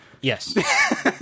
Yes